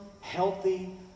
healthy